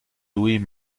louis